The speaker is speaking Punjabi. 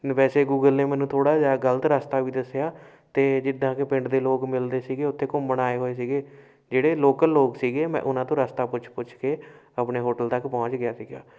ਵੈਸੇ ਗੂਗਲ ਨੇ ਮੈਨੂੰ ਥੋੜ੍ਹਾ ਜਿਹਾ ਗਲਤ ਰਸਤਾ ਵੀ ਦੱਸਿਆ ਅਤੇ ਜਿੱਦਾਂ ਕਿ ਪਿੰਡ ਦੇ ਲੋਕ ਮਿਲਦੇ ਸੀਗੇ ਉੱਥੇ ਘੁੰਮਣ ਆਏ ਹੋਏ ਸੀਗੇ ਜਿਹੜੇ ਲੋਕਲ ਲੋਕ ਸੀਗੇ ਮੈਂ ਉਹਨਾਂ ਤੋਂ ਰਸਤਾ ਪੁੱਛ ਪੁੱਛ ਕੇ ਆਪਣੇ ਹੋਟਲ ਤੱਕ ਪਹੁੰਚ ਗਿਆ ਸੀਗਾ